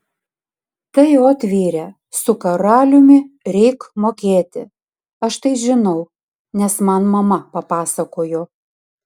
tai ot vyre su karaliumi reik mokėti aš tai žinau nes man mama papasakojo